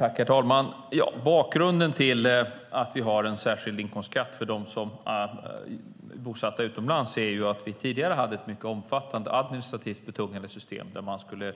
Herr talman! Bakgrunden till att vi har en särskild inkomstskatt för dem som är bosatta utomlands är att vi tidigare hade ett mycket omfattande administrativt betungande system där man skulle